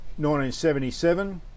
1977